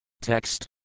Text